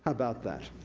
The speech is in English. about that,